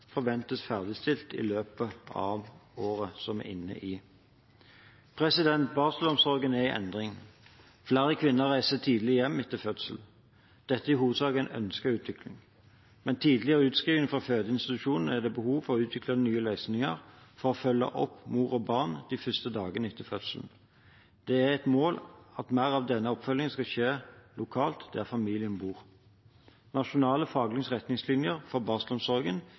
forventes ferdigstilt i løpet av året vi er inne i. Barselomsorgen er i endring. Flere kvinner reiser tidlig hjem etter fødsel. Dette er i hovedsak en ønsket utvikling. Med tidligere utskrivning fra fødeinstitusjonene er det behov for å utvikle nye løsninger for å følge opp mor og barn de første dagene etter fødselen. Det er et mål at mer av denne oppfølgingen skal skje lokalt der familien bor. Nasjonal faglig retningslinje for barselomsorgen